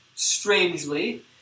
Strangely